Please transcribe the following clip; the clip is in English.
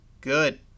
good